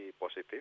positive